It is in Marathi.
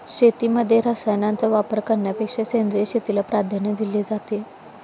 शेतीमध्ये रसायनांचा वापर करण्यापेक्षा सेंद्रिय शेतीला प्राधान्य दिले जाते